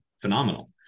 phenomenal